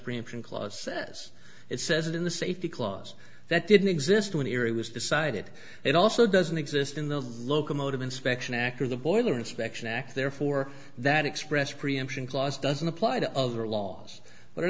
preemption clause as it says it in the safety clause that didn't exist when erie was decided it also doesn't exist in the locomotive inspection act or the boiler inspection act therefore that express preemption clause doesn't apply to other laws but